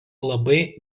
labai